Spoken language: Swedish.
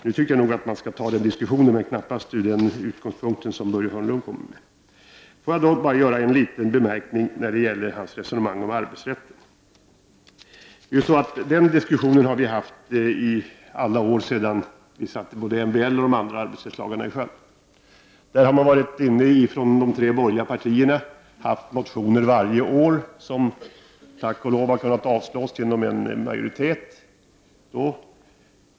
Jag tycker att en diskussion skall föras om dessa saker, men knappast med de utgångspunkter som Börje Hörnlund har. Låt mig också göra en liten anmärkning beträffande Börje Hörnlunds resonemang om arbetsrätten. Frågan om arbetsrätten har vi diskuterat i alla år sedan vi satte MBL och de andra arbetsrättslagarna i sjön. De tre borgerliga partierna har väckt motioner varje år, som tack och lov har kunnat avslås av en riksdagsmajoritet.